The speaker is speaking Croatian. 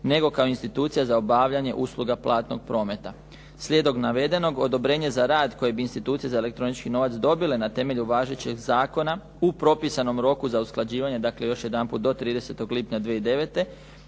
nego kao institucije za obavljanje usluga platnog prometa. Slijedom navedenog, odobrenje za rad koje bi institucije za elektronički novac dobile na temelju važećeg zakona u propisanom roku za usklađivanje, dakle još jedanput do 30. lipnja 2009.